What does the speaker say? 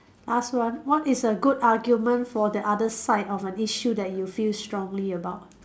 ask one what is a good argument for the other side of an issue that you feel strongly about